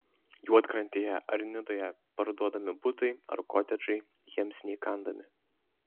juodkrantėje ar nidoje parduodami butai ar kotedžai jiems neįkandami